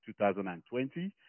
2020